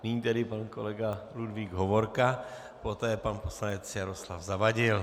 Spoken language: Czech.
Nyní tedy pan kolega Ludvík Hovorka, poté pan poslanec Jaroslav Zavadil.